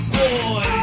boy